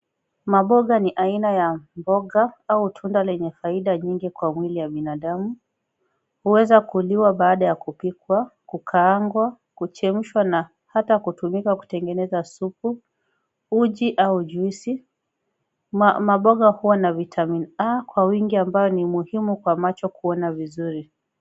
Maboga ni aina ya mboga au tunda lenye faida nyingi kwa mwili ya binadamu. Huweza kuliwa baada ya kupikwa, kukaangwa, kuchemshwa, na hata kutumika kutengeneza supu, uji au juisi . Maboga huwa na vitamin A kwa wingi ambao ni muhimu kwa macho kuona vizuri.